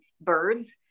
birds